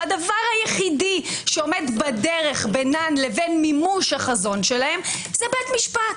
והדבר היחיד שעומד בדרך בינן למימוש החזון שלהן זה בית משפט.